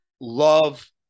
love